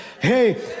Hey